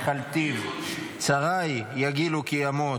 יְכָלְתִיו צרי יגילו כי אמוט.